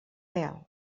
pèl